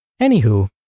Anywho